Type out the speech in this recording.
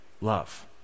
Love